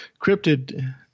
cryptid